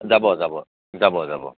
যাব যাব যাব যাব